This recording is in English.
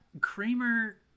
kramer